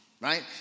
right